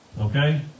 Okay